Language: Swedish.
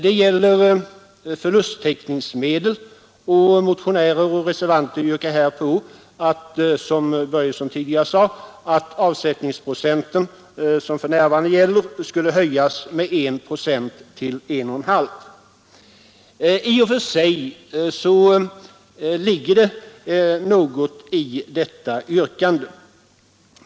Den avser förlusttäckningsmedel, och motionärer och reservanter yrkar här, som herr Börjesson tidigare sade, att den avsättningsprocent som för närvarande gäller skall höjas med 1 procent till 1,5 procent. I och för sig ligger det något i detta yrkande.